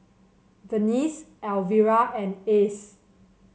Venice Elvira and Ace